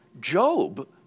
Job